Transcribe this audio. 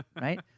right